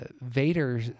Vader